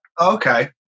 okay